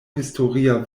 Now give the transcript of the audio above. historia